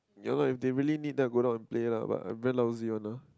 ya lah if they really need then I'll go down and play lah but I very lousy one ah